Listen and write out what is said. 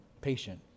patient